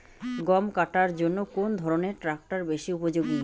গম কাটার জন্য কোন ধরণের ট্রাক্টর বেশি উপযোগী?